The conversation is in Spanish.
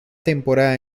temporada